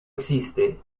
existe